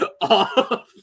off